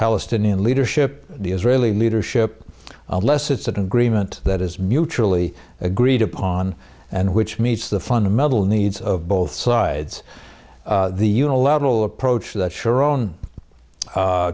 palestinian leadership the israeli leadership unless it's an agreement that is mutually agreed upon and which meets the fundamental needs of both sides the unilateral approach that sharon